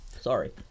Sorry